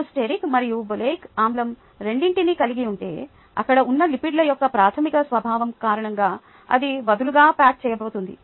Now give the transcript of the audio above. మీరు స్టెరిక్ మరియు ఒలేయిక్ ఆమ్లం రెండింటినీ కలిగి ఉంటే అక్కడ ఉన్న లిపిడ్ల యొక్క ప్రాథమిక స్వభావం కారణంగా ఇది వదులుగా ప్యాక్ చేయబోతోంది